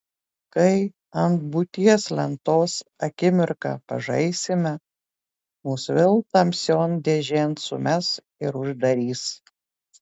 kai ant būties lentos akimirką pažaisime mus vėl tamsion dėžėn sumes ir uždarys